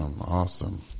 Awesome